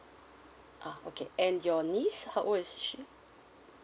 ah okay and your niece how old is she